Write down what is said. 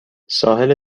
ساحل